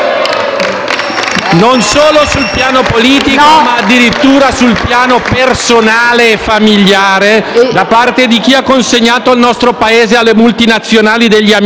non solo sul piano politico ma addirittura sul piano personale e familiare, ha consegnato il nostro Paese alle multinazionali degli amici.